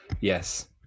Yes